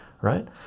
right